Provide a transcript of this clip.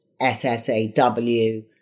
SSAW